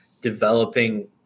developing